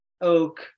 oak